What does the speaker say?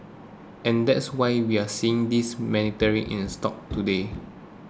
and that's why we're seeing this meandering in stocks today